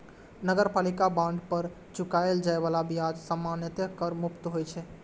नगरपालिका बांड पर चुकाएल जाए बला ब्याज सामान्यतः कर मुक्त होइ छै